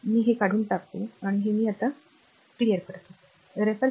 तर मी हे काढून टाकू या हे स्वच्छ करते बरोबर